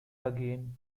again